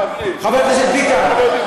חבר הכנסת ביטן,